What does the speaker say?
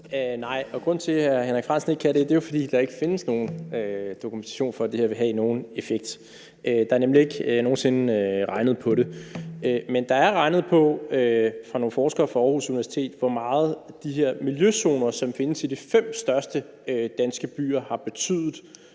Nej, og grunden til, at hr. Henrik Frandsen ikke kan det, er jo, fordi der ikke findes nogen dokumentation for, at det her vil have nogen effekt. Der er nemlig ikke regnet på det nogen sinde. Men der er regnet på, af nogle forskere fra Aarhus Universitet, hvor meget de her miljøzoner, som findes i de fem største danske byer, har betydet